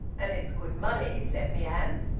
and it's good money, let me add.